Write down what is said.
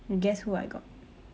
guess what I got